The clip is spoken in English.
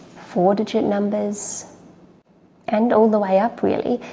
four digit numbers and all the way up really.